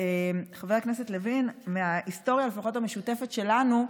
חבר הכנסת לוין, לפחות מההיסטוריה המשותפת שלנו,